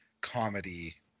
comedy